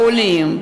העולים.